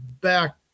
back